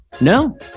No